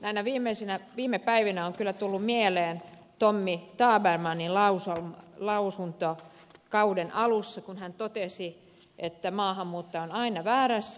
näinä viime päivinä on kyllä tullut mieleen tommy tabermannin lausunto kauden alussa kun hän totesi että maahanmuuttaja on aina väärässä